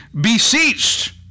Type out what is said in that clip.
beseeched